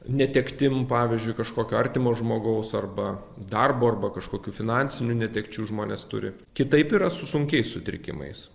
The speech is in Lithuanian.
netektim pavyzdžiui kažkokio artimo žmogaus arba darbo arba kažkokių finansinių netekčių žmonės turi kitaip yra su sunkiais sutrikimais